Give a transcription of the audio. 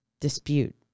dispute